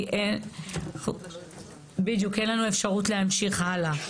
כי אין לנו אפשרות להמשיך הלאה.